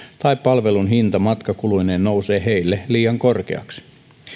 tai palvelun hinta matkakuluineen nousee heille liian korkeaksi